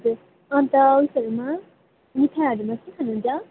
अन्त उएसहरूमा मिठाईहरूमा के खानुहुन्छ